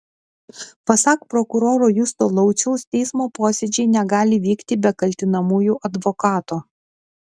pasak prokuroro justo lauciaus teismo posėdžiai negali vykti be kaltinamųjų advokato